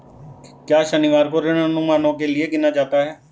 क्या शनिवार को ऋण अनुमानों के लिए गिना जाता है?